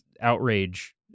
outrage